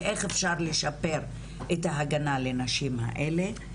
ואיך אפשר לשפר את ההגנה לנשים האלה?